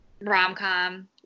rom-com